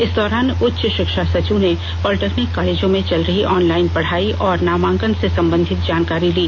इस दौरान उच्च शिक्षा सचिव ने पॉलिटेक्निक कॉलेजों में चल रही ऑनलाइन पढाई और नामांकन से संबंधित जानकारी ली